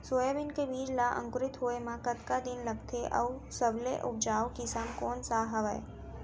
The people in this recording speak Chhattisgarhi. सोयाबीन के बीज ला अंकुरित होय म कतका दिन लगथे, अऊ सबले उपजाऊ किसम कोन सा हवये?